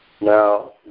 now